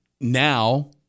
now